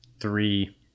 Three